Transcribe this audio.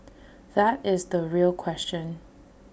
that is the real question